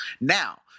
Now